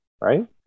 right